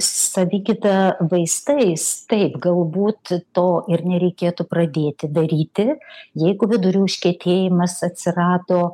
savigyda vaistais taip galbūt to ir nereikėtų pradėti daryti jeigu vidurių užkietėjimas atsirado